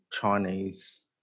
Chinese